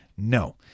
No